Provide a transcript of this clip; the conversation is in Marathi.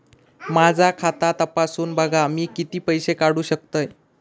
माझा खाता तपासून बघा मी किती पैशे काढू शकतय?